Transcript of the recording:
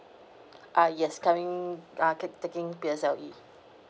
ah yes coming ah tak~ taking P_S_L_E